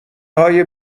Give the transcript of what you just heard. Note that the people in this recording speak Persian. های